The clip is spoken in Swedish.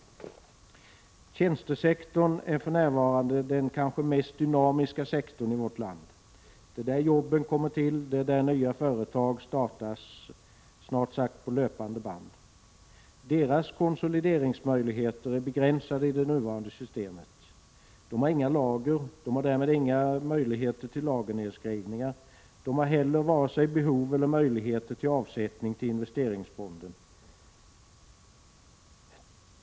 Tjänstesektorn är för närvarande den kanske mest dynamiska sektorn i vårt land. Det är där jobben kommer till och nya företag startas på snart sagt löpande band. Deras konsolideringsmöjligheter är begränsade i det nuvarande systemet. De har inga lager och har därmed inga möjligheter till lagernedskrivningar. De har varken behov eller möjligheter att göra avsättning till investeringsfonder.